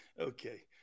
Okay